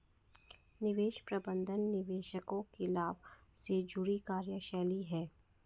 निवेश प्रबंधन निवेशकों के लाभ से जुड़ी कार्यशैली है